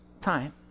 time